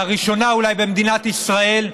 אולי לראשונה במדינת ישראל,